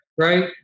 right